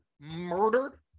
murdered